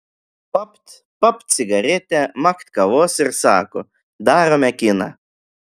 papt papt cigaretę makt kavos ir sako darome kiną